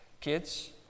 Kids